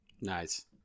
nice